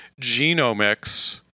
genomics